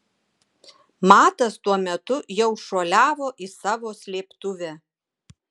matas tuo metu jau šuoliavo į savo slėptuvę